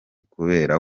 kubera